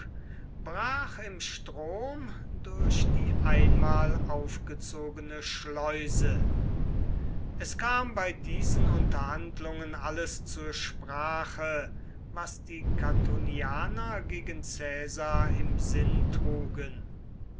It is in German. brach im strom durch die einmal aufgezogene schleuse es kam bei diesen unterhandlungen alles zur sprache was die catonianer gegen caesar im sinn trugen